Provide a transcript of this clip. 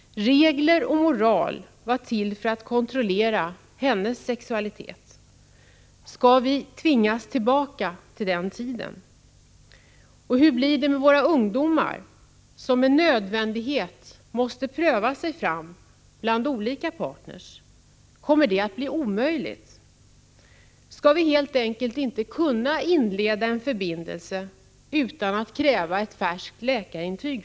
Regler och moral var till för att kontrollera hennes sexualitet. Skall vi tvingas tillbaka till den 73 tiden? Hur blir det med våra ungdomar, som med nödvändighet måste pröva sig fram bland olika partner? Kommer det att vara omöjligt? Skall vi helt enkelt inte kunna inleda en förbindelse utan att först kräva ett färskt läkarintyg?